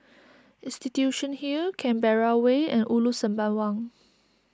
Institution Hill Canberra Way and Ulu Sembawang